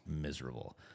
miserable